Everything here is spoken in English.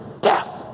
Death